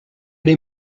les